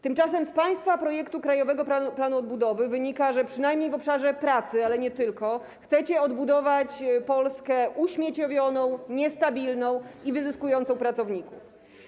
Tymczasem z państwa projektu krajowego planu odbudowy wynika, że przynajmniej w obszarze pracy, ale nie tylko, chcecie odbudować Polskę uśmieciowioną, niestabilną i wyzyskującą pracowników.